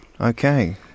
Okay